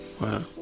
Wow